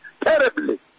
Terribly